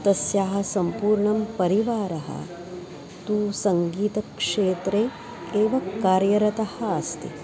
तस्याः सम्पूर्णः परिवारः तु सङ्गीतक्षेत्रे एव कार्यरतः अस्ति